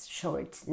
short